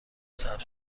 ثبت